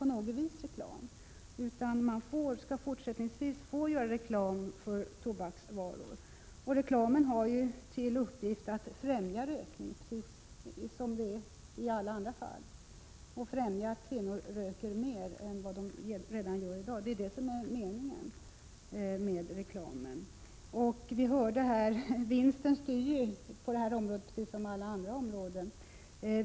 Man skall alltså fortsättningsvis få göra reklam för tobaksvaror. Reklamen har ju till uppgift att främja rökning, precis som när det gäller all annan reklam, och meningen med denna reklam är att kvinnor bör röka mer än var de gör redan nu. Vi hörde att vinsttänkandet styr på detta område som på alla andra områden.